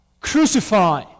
Crucify